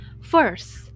first